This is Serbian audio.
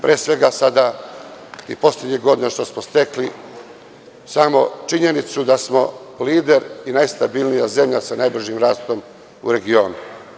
Pre svega, sada i poslednjih godina što smo stekli samo činjenicu da smo lider i najstabilnija zemlja sa najbržim rastom u regionu.